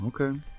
okay